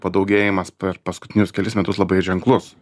padaugėjimas per paskutinius kelis metus labai ženklus